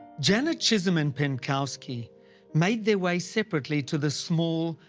janet chisholm and penkovsky made their way separately to the small,